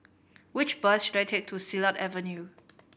which bus should I take to Silat Avenue